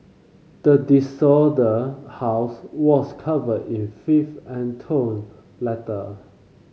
the house was covered in filth and torn letter